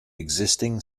existing